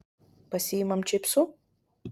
pasiimam čipsų